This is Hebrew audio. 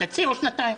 תציעו לו שנתיים.